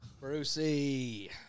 Brucey